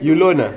you loan ah